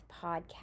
podcast